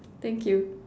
thank you